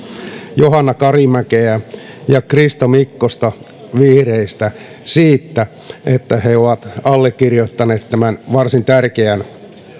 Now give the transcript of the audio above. johanna karimäkeä ja krista mikkosta vihreistä siitä että he ovat allekirjoittaneet tämän varsin tärkeän